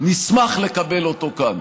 נשמח לקבל אותו כאן,